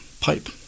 pipe